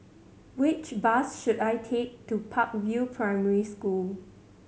which bus should I take to Park View Primary School